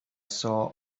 saw